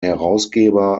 herausgeber